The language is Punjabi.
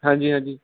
ਹਾਂਜੀ ਹਾਂਜੀ